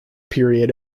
period